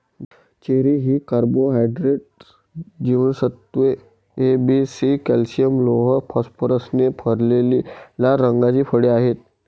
cherry ही carbohydrates, जीवनसत्त्वे A, B, C, calcium, लोह, फॉस्फरसने भरलेली लाल रंगाची फळे आहेत